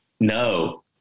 No